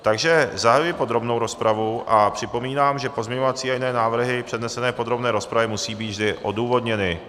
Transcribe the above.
Takže zahajuji podrobnou rozpravu a připomínám, že pozměňovací a jiné návrhy přednesené v podrobné rozpravě musejí být vždy odůvodněny.